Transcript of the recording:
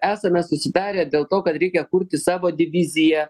esame susitarę dėl to kad reikia kurti savo diviziją